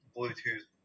Bluetooth